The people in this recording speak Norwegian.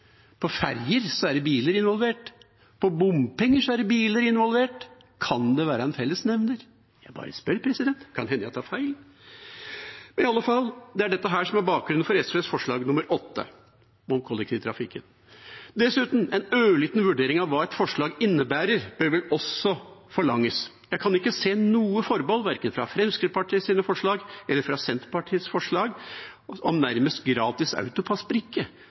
På ferger er det biler involvert. Når det gjelder bompenger, er det biler involvert. Kan det være en fellesnevner? Jeg bare spør. Det kan hende jeg tar feil. Det er iallfall dette som er bakgrunnen for forslag nr. 8, fra SV, om kollektivtrafikken. Dessuten, en ørliten vurdering av hva et forslag innebærer, bør vel også forlanges. Jeg kan ikke se noe forbehold, verken i Fremskrittspartiets forslag eller i Senterpartiets forslag om nærmest gratis